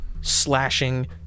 slashing